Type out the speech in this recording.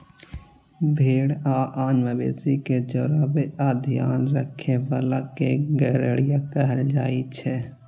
भेड़ आ आन मवेशी कें चराबै आ ध्यान राखै बला कें गड़ेरिया कहल जाइ छै